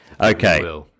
okay